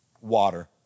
water